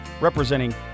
representing